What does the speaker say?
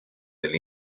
del